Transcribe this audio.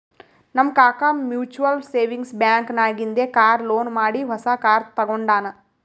ನಮ್ ಕಾಕಾ mutual savings bank ನಾಗಿಂದೆ ಕಾರ್ ಲೋನ್ ಮಾಡಿ ಹೊಸಾ ಕಾರ್ ತಗೊಂಡಾನ್